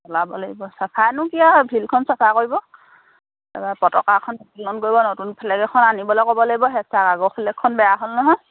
চলাব লাগিব চাফানো কি আৰু ফিল্ডখন চাফা কৰিব তাৰপৰা পতাকাখন উত্তোলন কৰিব নতুন ফ্লেগ এখন আনিবলৈ ক'ব লাগিব হেড ছাৰক আগৰ ফিলেগখন বেয়া হ'ল নহয়